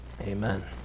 amen